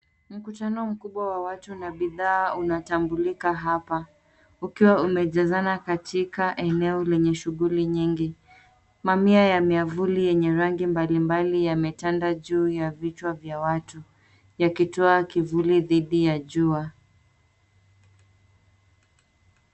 Mkutano mkubwa wa watu na bidhaa unatambulika hapa, ukiwa umejazana katika eneo lenye shughuli nyingi. Mamia ya myavuli yenye rangi mbali mbali yametanda juu ya vichwa vya watu, yakitoa kivuli dhidi ya jua.